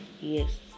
yes